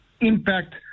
impact